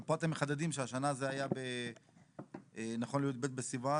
אבל פה אתם מחדדים שהשנה זה היה בנכון ל-י"ב בסיון,